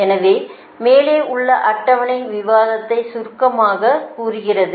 எனவே மேலே உள்ள அட்டவணை விவாதத்தை சுருக்கமாகக் கூறுகிறது